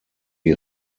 die